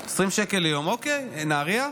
אוקיי, נהריה?